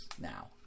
now